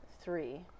three